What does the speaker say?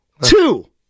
two